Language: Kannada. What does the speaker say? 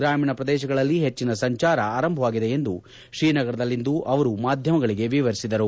ಗ್ರಾಮೀಣ ಪ್ರದೇಶಗಳಲ್ಲಿ ಹೆಚ್ಚಿನ ಸಂಚಾರ ಆರಂಭವಾಗಿದೆ ಎಂದು ಶ್ರೀನಗರದಲ್ಲಿಂದು ಅವರು ಮಾಧ್ಯಮಗಳಿಗೆ ವಿವರಿಸಿದರು